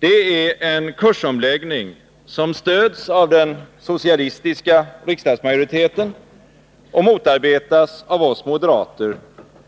Det är en kursomläggning som stöds av den socialistiska riksdagsmajoriteten och motarbetas av oss moderater,